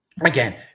Again